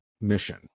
mission